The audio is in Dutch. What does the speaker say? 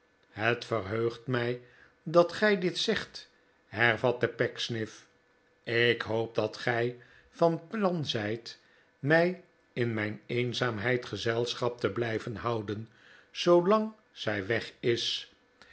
het verheugt mij dat gij dit zegt hervatte pecksniff ik hoop dat gij van plan zijt mij in mijn eenzaamheid gez els chap te blijven houden zoolang zij weg is